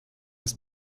ist